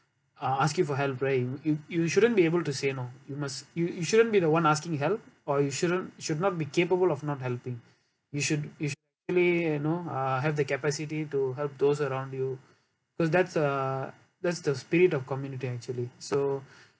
uh ask you for help right you you shouldn't be able to say no you must you you shouldn't be the [one] asking help or you shouldn't should not be capable of not helping you should basically you know uh have the capacity to help those around you because that's uh that's the spirit of community actually so